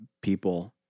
people